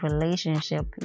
relationship